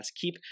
Keep